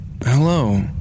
hello